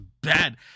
bad